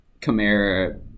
Kamara